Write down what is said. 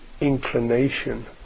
inclination